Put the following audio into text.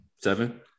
Seven